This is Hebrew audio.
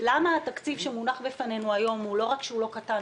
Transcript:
למה התקציב שמונח בפנינו היום הוא לא רק שהוא קטן,